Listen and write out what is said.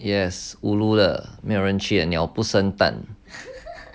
yes ulu 了没有人去 and 鸟不生蛋